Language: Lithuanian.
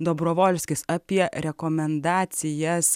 dobrovolskis apie rekomendacijas